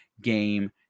game